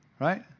Right